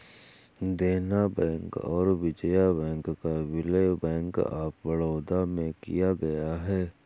देना बैंक और विजया बैंक का विलय बैंक ऑफ बड़ौदा में किया गया है